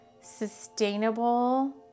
sustainable